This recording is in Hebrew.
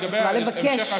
לגבי ההמשך,